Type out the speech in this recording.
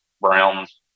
browns